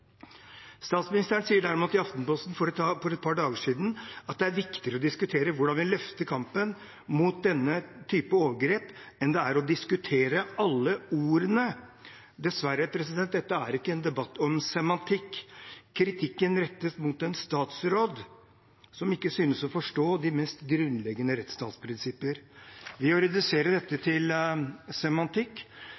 Statsministeren sa derimot i Aftenposten for et par dager siden at «det er viktigere å diskutere hvordan vi løfter kampen mot denne typen overgrep enn det er å diskutere alle ordene». Dette er dessverre ikke en debatt om semantikk. Kritikken rettes mot en statsråd som ikke synes å forstå de mest grunnleggende rettsstatsprinsipper. Ved å redusere dette